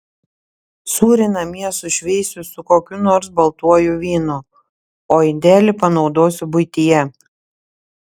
sūrį namie sušveisiu su kokiu nors baltuoju vynu o indelį panaudosiu buityje